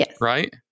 right